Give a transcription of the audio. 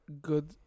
good